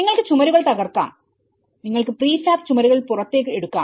നിങ്ങൾക്ക് ചുമരുകൾ തകർക്കാം നിങ്ങൾക്ക് പ്രീഫാബ്ചുമരുകൾപുറത്തേക്ക് എടുക്കാം